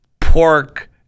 pork